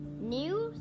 News